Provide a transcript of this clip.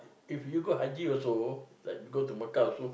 if you go haji also like you go to Mecca also